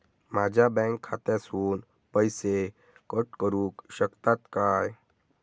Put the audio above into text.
माझ्या बँक खात्यासून पैसे कट करुक शकतात काय?